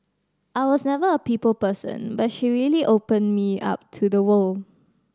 I was never a people person but she really open me up to the world